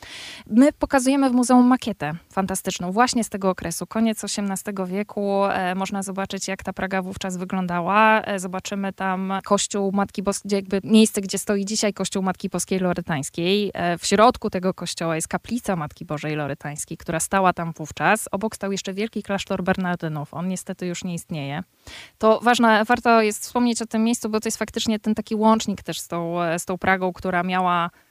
My pokazujemy w muzeum makietę fantastyczną właśnie z tego okresu. Koniec XVIII wieku, e, można zobaczyć, jak ta Praga wówczas wyglądała. E, zobaczymy tam kościół Matki Boskiej, gdzie jakby miejsce, gdzie stoi dzisiaj kościół Matki Boskiej Lorytańskiej. E, w środku tego kościoła jest kaplica Matki Bożej Lorytańskiej, która stała tam wówczas. Obok stał jeszcze wielki klasztor Bernardynów. On niestety już nie istnieje. To ważne, warto jest wspomnieć o tym miejscu, bo to jest faktycznie ten taki łącznik też z tą, e, z tą Pragą, która miała